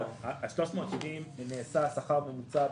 ה-370 שקל הוא השכר הממוצע,